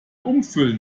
umfüllen